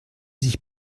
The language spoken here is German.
sich